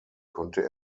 konnte